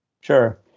Sure